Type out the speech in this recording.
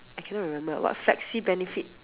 I cannot remember what flexi benefit